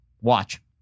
Watch